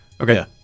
Okay